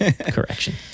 Correction